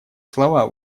слова